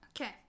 okay